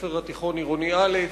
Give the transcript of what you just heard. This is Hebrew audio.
בית-הספר התיכון עירוני א'.